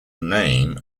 name